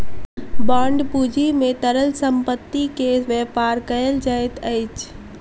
bond पूंजी में तरल संपत्ति के व्यापार कयल जाइत अछि